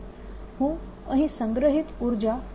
તેથી હું અહીં સંગ્રહીત ઉર્જા W ને 12 I